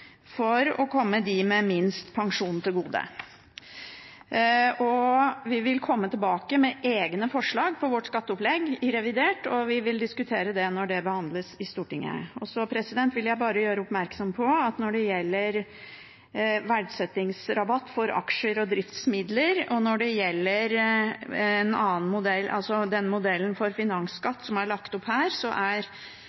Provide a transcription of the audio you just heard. komme dem med minst pensjon til gode. Vi vil komme tilbake med egne forslag til skatteopplegg i forbindelse med revidert, og vi vil diskutere det når det behandles i Stortinget. Jeg vil bare gjøre oppmerksom på at når det gjelder verdsettingsrabatt for aksjer og driftsmidler, og når det gjelder